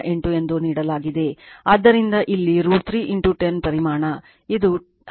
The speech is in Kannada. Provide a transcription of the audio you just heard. ಆದ್ದರಿಂದ ಇಲ್ಲಿ √3 10 ಪರಿಮಾಣ ಇದು 10 ಇಂಪೆಡೆನ್ಸ್ 10 ಆಗಿದೆ